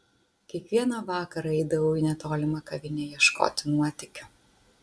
kiekvieną vakarą eidavau į netolimą kavinę ieškoti nuotykių